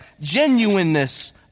genuineness